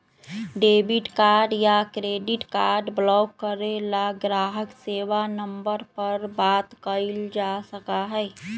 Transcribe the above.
debit card या credit card block करे ला ग्राहक सेवा नंबर पर बात कइल जा सका हई